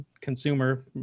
consumer